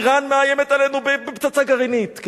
אירן מאיימת עלינו בפצצה גרעינית.